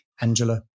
Angela